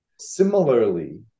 Similarly